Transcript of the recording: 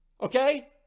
okay